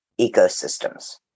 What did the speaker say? ecosystems